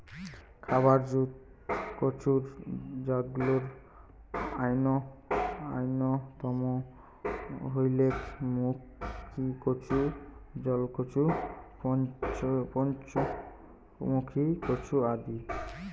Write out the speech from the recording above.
খাবার জুত কচুর জাতগুলার অইন্যতম হইলেক মুখীকচু, জলকচু, পঞ্চমুখী কচু আদি